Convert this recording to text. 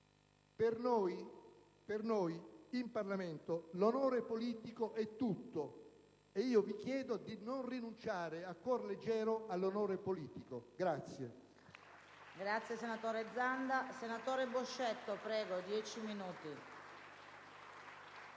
Per noi in Parlamento l'onore politico è tutto, e io vi chiedo di non rinunciare a cuor leggero all'onore politico. *(Vivi,